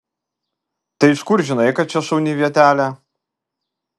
tai iš kur žinai kad čia šauni vietelė